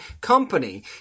company